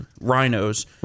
rhinos